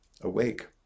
Awake